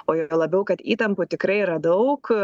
o juo labiau kad įtampų tikrai yra daug